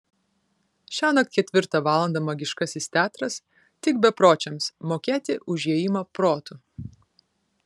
šiąnakt ketvirtą valandą magiškasis teatras tik bepročiams mokėti už įėjimą protu